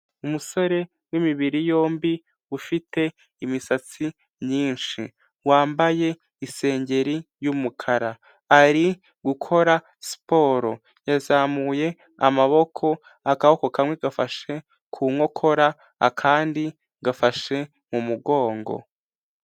Umusore w'imibiri yombi ufite imisatsi myinshi, wambaye isengeri y'umukara, ari gukora siporo, yazamuye amaboko, akaboko kamwe gafashe ku nkokora, akandi gafashe mu mugongo.